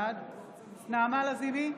בעד נעמה לזימי,